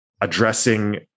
addressing